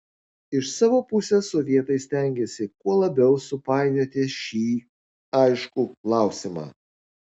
iš savo pusės sovietai stengėsi kuo labiau supainioti šį aiškų klausimą